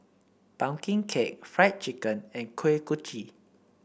pumpkin cake Fried Chicken and Kuih Kochi